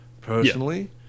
personally